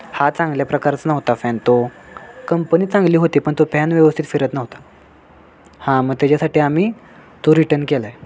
हा चांगल्या प्रकारचा नव्हता फॅन तो कंपनी चांगली होती पण तो फॅन व्यवस्थित फिरत नव्हता हां मग त्याच्यासाठी आम्ही तो रिटर्न केला आहे